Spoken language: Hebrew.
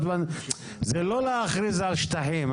זה לא להכריז על שטחים.